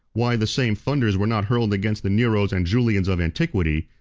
why the same thunders were not hurled against the neros and julians of antiquity,